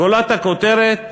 גולת הכותרת,